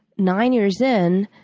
nine years in,